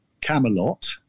Camelot